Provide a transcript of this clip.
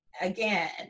again